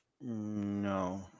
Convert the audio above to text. no